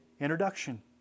introduction